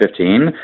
2015